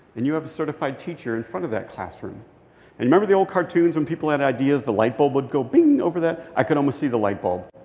and you have a certified teacher in front of that classroom. and you remember the old cartoons when people had ideas, the light bulb would go bing over that i could almost see the light bulb.